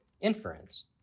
inference